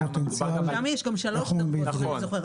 שם יש שלוש דרגות, אם אני זוכרת